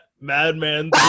Madman